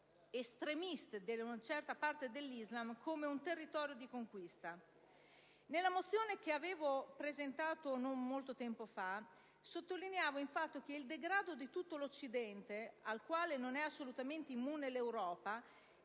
estremiste di una certa parte dell'Islam, come un territorio di conquista. Nella mozione che avevo presentato non molto tempo fa, sottolineavo il fatto che il degrado di tutto l'Occidente, al quale non è assolutamente immune l'Europa,